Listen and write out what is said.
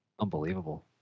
Unbelievable